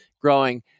growing